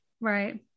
Right